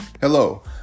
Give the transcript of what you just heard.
Hello